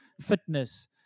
fitness